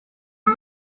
iki